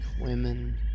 women